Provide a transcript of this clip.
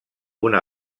una